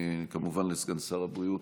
וכמובן לסגן שר הבריאות,